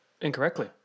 incorrectly